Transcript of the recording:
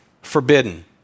forbidden